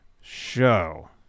show